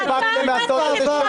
לא הספקתם לעשות את זה.